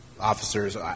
officers